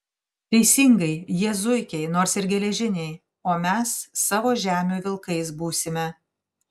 teisingai jie zuikiai nors ir geležiniai o mes savo žemių vilkais būsime